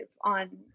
on